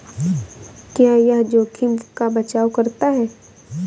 क्या यह जोखिम का बचाओ करता है?